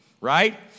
right